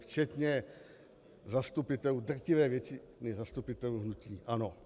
Včetně zastupitelů, drtivé většiny zastupitelů hnutí ANO.